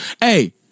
Hey